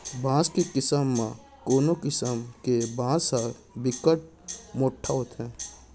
बांस के किसम म कोनो किसम के बांस ह बिकट मोठ होथे